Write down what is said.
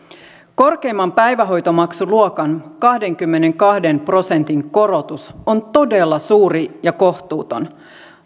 korkeimman päivähoitomaksuluokan kahdenkymmenenkahden prosentin korotus on todella suuri ja kohtuuton